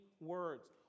words